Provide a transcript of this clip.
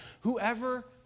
Whoever